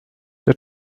the